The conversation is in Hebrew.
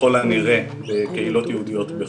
ככול הנראה, בקהילות יהודיות בחו"ל.